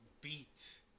Beat